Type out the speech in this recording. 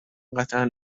قطعا